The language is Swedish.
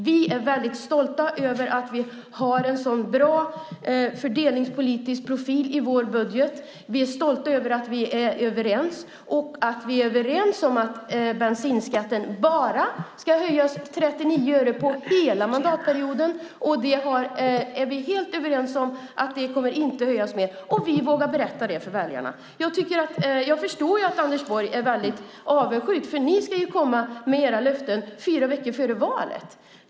Vi är väldigt stolta över att vi har en sådan bra fördelningspolitisk profil i vår budget. Vi är stolta över att vi är överens och över att vi är överens om att bensinskatten bara ska höjas 39 öre på hela mandatperioden. Vi är helt överens om att den inte kommer att höjas mer, och vi vågar berätta det för väljarna. Jag förstår att Anders Borg är väldigt avundsjuk, för ni ska ju komma med era löften fyra veckor före valet.